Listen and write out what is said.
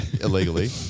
Illegally